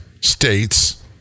states